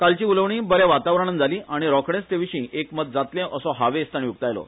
कालची उलोवणी बरे वातावरणान जाली आनी रोखडेच तेविशी एकमत जातले असो हावेस ताणी उक्तायलो